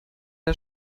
der